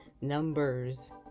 numbers